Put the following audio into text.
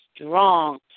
strong